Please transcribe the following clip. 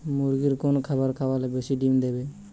মুরগির কোন খাবার খাওয়ালে বেশি ডিম দেবে?